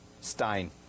Stein